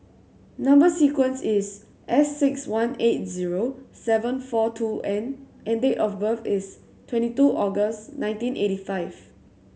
number sequence is S six one eight zero seven four two N and date of birth is twenty two August nineteen eighty five